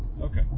Okay